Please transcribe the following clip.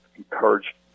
encourage